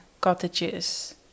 cottages